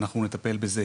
אנחנו נטפל בזה,